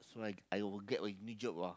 so I I will get a new job ah